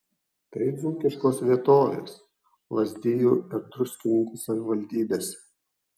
tai dzūkiškos vietovės lazdijų ir druskininkų savivaldybėse